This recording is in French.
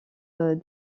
des